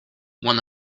one